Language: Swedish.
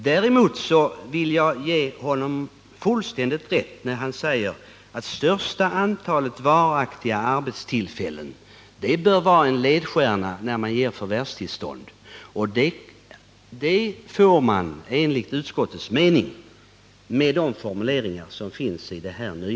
Däremot vill jag ge Svante Lundkvist fullständigt rätt i att största antalet varaktiga arbetstillfällen bör vara en ledstjärna när man ger förvärvstillstånd. Enligt utskottets mening uppnår man detta med de formuleringar som finns i det nya lagförslaget.